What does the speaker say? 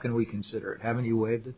can we consider having you with